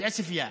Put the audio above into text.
על עוספיא,